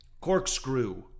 Corkscrew